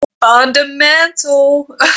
fundamental